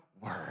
word